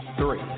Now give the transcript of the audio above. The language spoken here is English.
three